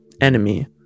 enemy